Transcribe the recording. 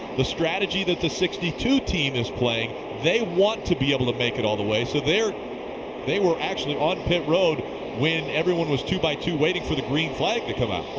the strategy that the sixty two team is playing, they want to be able to make it all the way. so they were actually on pit road when everyone was two by two waiting for the glean flag to come out.